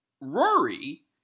Rory